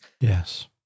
Yes